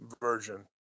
version